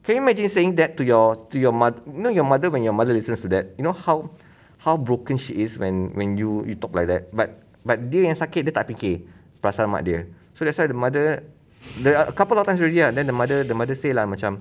can you imagine saying that to your to your moth~ you know your mother when your mother listens to that you know how how broken she is when when you you talk like that but but dia yang sakit dia tak fikir perasaan mak dia so that's why the mother there are a couple of times already ah and then the mother the mother say lah macam